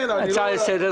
ביקשת הצעה לסדר?